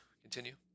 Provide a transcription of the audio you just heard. continue